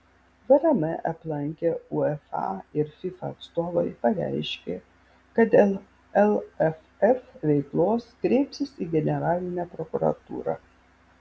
vrm aplankę uefa ir fifa atstovai pareiškė kad dėl lff veiklos kreipsis į generalinę prokuratūrą